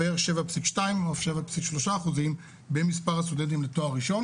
בערך 7.2% או 7.3% במספר הסטודנטים לתואר ראשון.